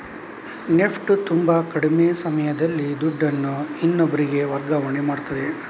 NEFT ತುಂಬಾ ಕಡಿಮೆ ಸಮಯದಲ್ಲಿ ದುಡ್ಡನ್ನು ಇನ್ನೊಬ್ರಿಗೆ ವರ್ಗಾವಣೆ ಮಾಡ್ತದೆ